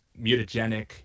mutagenic